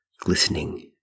glistening